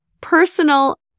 personal